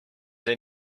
see